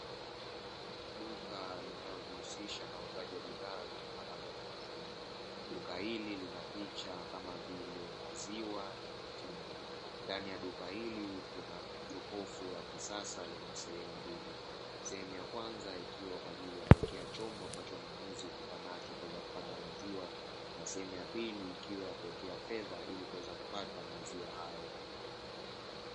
Duka linalojihusisha na uuzaji wa bidhaa zitokanazo na maziwa, duka hili lina picha kama vile maziwa na vitindi, ndani ya duka hili kuna jokofu la kisasa lenye sehemu mbili, sehemu ya kwanza ikiwa kwa ajili ya kuwekea chombo ambacho mnunuzi hufika nacho kuweza kupata maziwa, na sehemu ya pili ikiwa ya kuwekea fedha ili kuweza kupata maziwa hayo.